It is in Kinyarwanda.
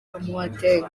amoateng